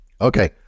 Okay